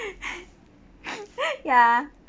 ya